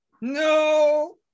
No